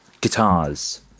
guitars